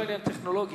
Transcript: זה לא עניין טכנולוגי,